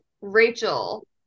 Rachel